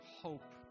hope